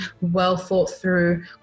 well-thought-through